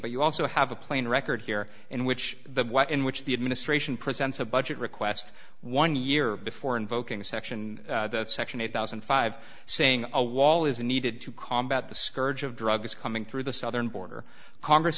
but you also have a plain record here in which the way in which the administration presents a budget requests one year before invoking section that section eight thousand and five saying a wall is needed to combat the scourge of drugs coming through the southern border congress